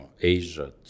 Asia